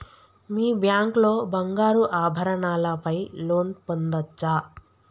మీ bank లో బంగారు ఆభరణాల పై లోన్ పొందచ్చా?